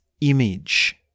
image